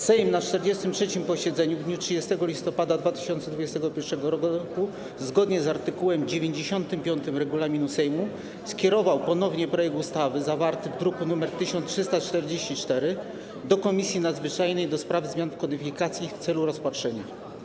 Sejm na 43. posiedzeniu w dniu 30 listopada 2021 r., zgodnie z art. 95 regulaminu Sejmu, skierował ponownie projekt ustawy zawarty w druku nr 1344 do Komisji Nadzwyczajnej do spraw zmian w kodyfikacjach w celu rozpatrzenia.